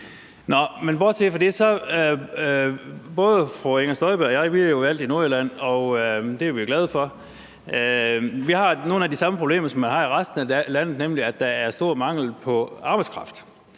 både fru Inger Støjberg og jeg er valgt i Nordjylland, og det er vi jo glade for. Vi har nogle af de samme problemer, som vi har i resten af landet, nemlig at der er stor mangel på arbejdskraft.